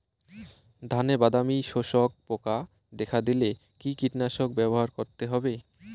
ধানে বাদামি শোষক পোকা দেখা দিলে কি কীটনাশক ব্যবহার করতে হবে?